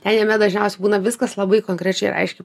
jei jame dažniausiai būna viskas labai konkrečiai ir aiškiai